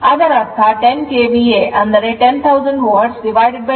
ಅದರ ಅರ್ಥ 10 KVA ಅಂದರೆ 10000 volt 231 volts 43